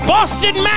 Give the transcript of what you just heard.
Boston